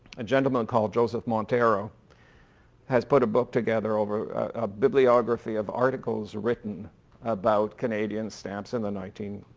a gentleman called joseph montero has put a book together over a bibliography of articles written about canadian stamps in the nineteen,